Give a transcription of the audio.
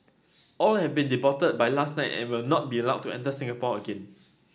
all have been deported by last night and will not be allowed to enter Singapore again